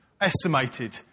estimated